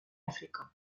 àfrica